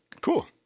Cool